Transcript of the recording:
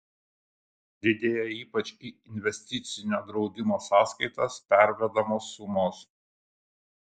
didėja ypač į investicinio draudimo sąskaitas pervedamos sumos